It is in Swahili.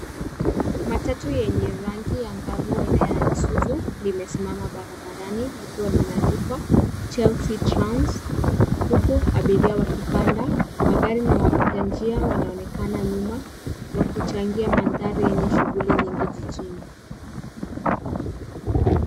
Matatu yenye rangi ya ngavu aina ya Isuzu imesimama barabarani likiwa limeandikwa Chelsea Trans , huku abiria wakipanda. Magari na wapita njia wanaonekana nyuma, wakichangia mandhari yenye shughuli nyingi jijini.